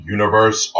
Universe